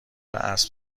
اسب